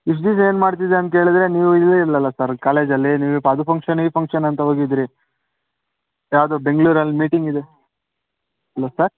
ಇಷ್ಟು ದಿವಸ ಏನು ಮಾಡ್ತಿದ್ದೆ ಅಂತ ಕೇಳಿದ್ರೆ ನೀವು ಇರಲೇ ಇಲ್ವಲ್ಲ ಸರ್ ಕಾಲೇಜಲ್ಲಿ ನೀವು ಅದು ಫಂಕ್ಷನ್ ಈ ಫಂಕ್ಷನ್ ಅಂತ ಹೋಗಿದ್ದಿರಿ ಯಾವುದೋ ಬೆಂಗ್ಳೂರಲ್ಲಿ ಮೀಟಿಂಗ್ ಇದೆ ಅಲೋ ಸರ್